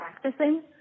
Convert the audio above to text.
practicing